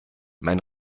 mein